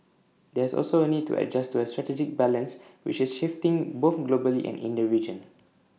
there is also A need to adjust to A strategic balance which is shifting both globally and in the region